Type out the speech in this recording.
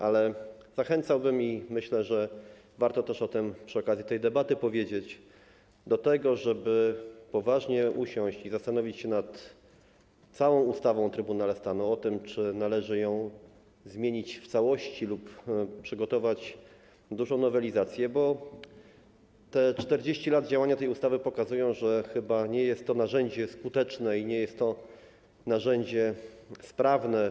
Ale zachęcałbym - i myślę, że warto też o tym przy okazji tej debaty powiedzieć - do tego, aby usiąść i poważnie zastanowić się nad całą ustawą o Trybunale Stanu, nad tym, czy należy ją zmienić w całości lub przygotować dużą nowelizację, bo 40 lat działania tej ustawy pokazuje, że w obecnym kształcie chyba nie jest to narzędzie skuteczne i nie jest to narzędzie sprawne.